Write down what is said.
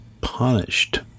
punished